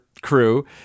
crew